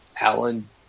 Alan